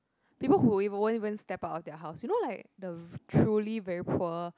people who even ever step out of their of their house you know like the truly very poor